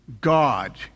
God